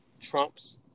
Trump's